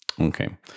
okay